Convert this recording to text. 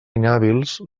inhàbils